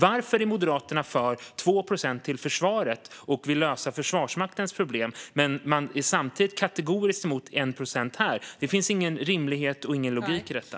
Varför är Moderaterna för 2 procent till försvaret och vill lösa Försvarsmaktens problem medan man samtidigt är kategoriskt emot 1 procent till biståndet? Det finns ingen rimlighet och ingen logik i detta.